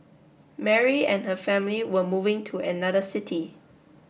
Mary and her family were moving to another city